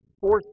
force